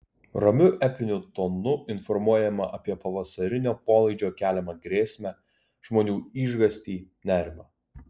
ramiu epiniu tonu informuojama apie pavasarinio polaidžio keliamą grėsmę žmonių išgąstį nerimą